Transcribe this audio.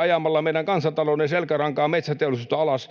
Ajamalla meidän kansantalouden selkärankaa, metsäteollisuutta, alas